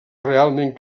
realment